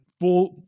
full